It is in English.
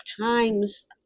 Times